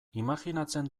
imajinatzen